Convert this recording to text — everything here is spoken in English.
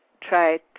try